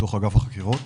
בתוך אגף החקירות.